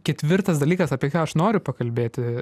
ketvirtas dalykas apie ką aš noriu pakalbėti